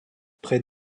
près